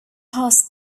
past